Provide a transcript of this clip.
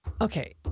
okay